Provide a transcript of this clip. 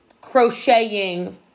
crocheting